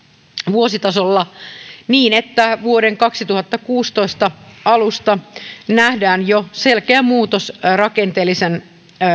vuositasolla niin että vuoden kaksituhattakuusitoista alusta nähdään jo selkeä muutos rakenteellisen